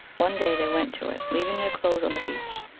one day they went to it, leaving their clothes on the beach.